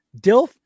DILF